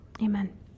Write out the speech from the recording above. amen